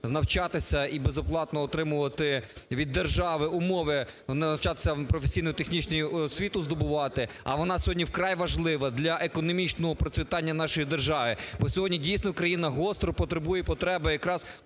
навчатися і безоплатно отримувати від держави умови, навчатися, професійно-технічну освіту здобувати, а вона сьогодні вкрай важлива для економічного процвітання нашої держави. Бо сьогодні, дійсно, країна гостро потребує потреби якраз